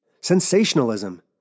sensationalism